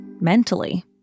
mentally